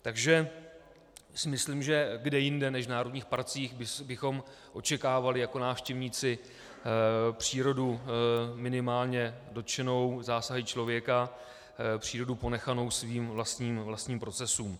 Takže myslím si, že kde jinde než v národních parcích bychom očekávali jako návštěvníci přírodu minimálně dotčenou zásahy člověka, přírodu ponechanou svým vlastním procesům.